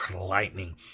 lightning